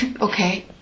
Okay